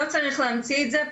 לא צריך להמציא את זה,